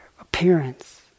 appearance